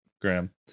Graham